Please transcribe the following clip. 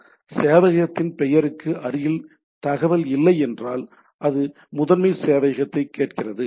எனவே சேவையகத்தின் பெயருக்கு அருகில் தகவல் இல்லை என்றால் அது முதன்மை சேவையகத்தைக் கேட்கிறது